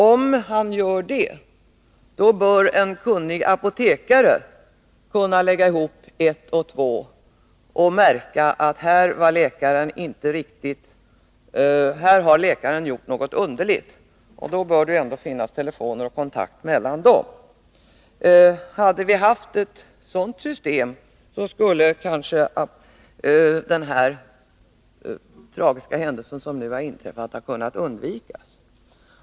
Om han gör det, bör en kunnig apotekare kunna lägga ihop 1 och 2 och märka om läkaren har gjort något underligt — och då bör det finnas möjlighet till telefonkontakt mellan dem. Hade vi haft ett sådant system, skulle kanske den tragiska händelse som nu har inträffat ha kunnat undvikas.